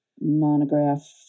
monograph